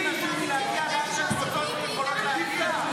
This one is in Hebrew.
נשים מלהגיע לאן שהן רוצות ויכולות להגיע?